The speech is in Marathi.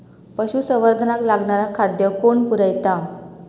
पशुसंवर्धनाक लागणारा खादय कोण पुरयता?